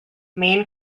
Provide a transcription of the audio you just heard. main